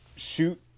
Shoot